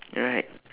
alright